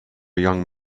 young